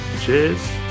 cheers